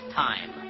time